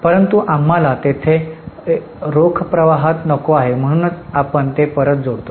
परंतु आम्हाला ते येथे रोख प्रवाहात नको आहे म्हणूनच आपण ते परत जोडतो